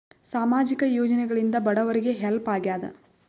ಸಾಮಾಜಿಕ ಯೋಜನೆಗಳಿಂದ ಬಡವರಿಗೆ ಹೆಲ್ಪ್ ಆಗ್ಯಾದ?